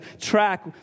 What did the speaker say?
track